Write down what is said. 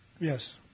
Yes